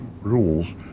rules